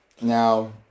Now